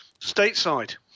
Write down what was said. stateside